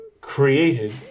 created